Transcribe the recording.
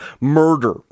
murder